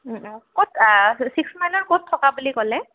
ক'ত আছে চিক্স মাইলৰ ক'ত থকা বুলি ক'লে